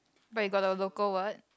but you got the local what